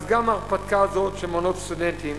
גם ההרפתקה הזו של מעונות סטודנטים